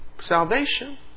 salvation